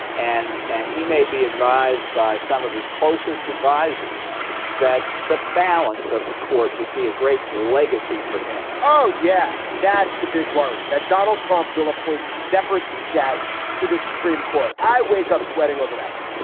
and and and he may be advised by some of his closest advisers that the balance of the court would be a great legacy for him oh, yeah. that's the big worry that donald trump will appoint zephyr teachout to the supreme court. i wake up sweating over that one.